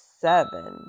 seven